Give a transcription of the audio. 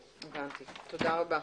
הבנתי, תודה רבה.